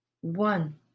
one